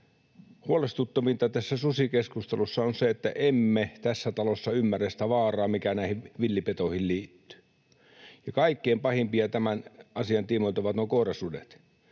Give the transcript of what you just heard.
Huolestuttavinta tässä susikeskustelussa on se, että emme tässä talossa ymmärrä sitä vaaraa, mikä näihin villipetoihin liittyy. Kaikkein pahimpia tämän asian tiimoilta ovat nuo koirasudet.